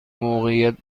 موقعیت